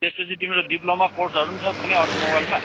त्यसपछि तिम्रो डिप्लोमा कोर्सहरू पनि छ कुनै अटोमोबाइलमा